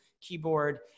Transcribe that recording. keyboard